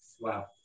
Wow